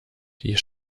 die